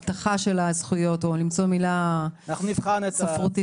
הזכויות או למצוא מילה ספרותית אחרת.